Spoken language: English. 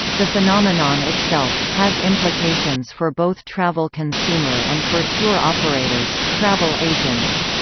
the phenomenon itself, has implications for both travel consumer and for tour operators, travel agents.